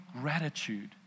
gratitude